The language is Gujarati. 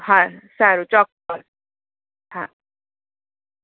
હા સારું ચોક્કસ હા